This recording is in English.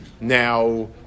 Now